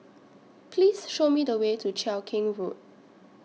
Please Show Me The Way to Cheow Keng Road